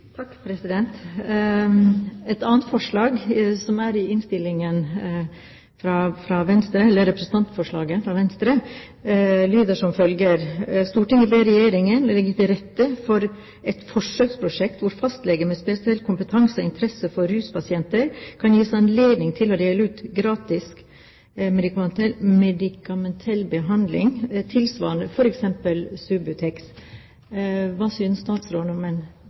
I representantforslaget fra Venstre i innstillingen står følgende: «Stortinget ber regjeringen legge til rette for et forsøksprosjekt hvor fastleger med spesiell kompetanse og interesse for ruspasienter kan gis anledning til å dele ut gratis egnet medikamentell behandling (tilsvarende Subutex Hva synes statsråden om